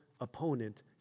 opponent